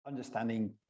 understanding